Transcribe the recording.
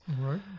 right